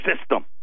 system